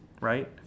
right